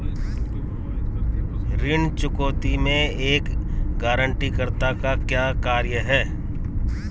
ऋण चुकौती में एक गारंटीकर्ता का क्या कार्य है?